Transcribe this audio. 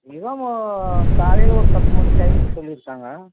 minimum காலையில் ஒரு பத்து மணி டைமுக்கு சொல்லிருக்காங்க